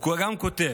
הוא גם כותב: